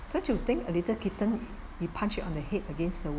don't you think a little kitten you punch it on the head against the